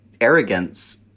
Arrogance